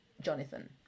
Jonathan